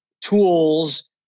tools